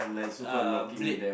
uh blade